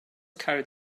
carried